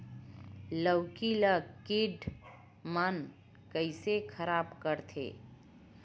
लौकी ला कीट मन कइसे खराब करथे?